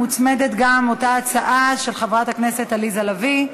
מוצמדת ההצעה של חברת הכנסת עליזה לביא,